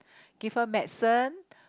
give her medicine